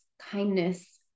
kindness